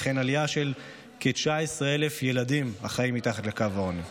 וכן עלייה של כ-19,000 ילדים החיים מתחת לקו העוני.